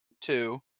Two